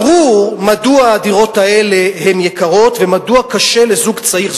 ברור מדוע הדירות האלה יקרות ומדוע קשה לזוג צעיר,